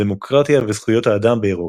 הדמוקרטיה וזכויות האדם באירופה".